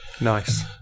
Nice